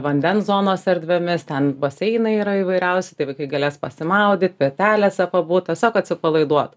vandens zonos erdvėmis ten baseinai yra įvairiausi tai vaikai galės pasimaudyt pirtelėse pabūt tiesiog atsipalaiduot